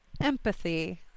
empathy